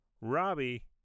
Robbie